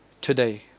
today